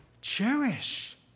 cherish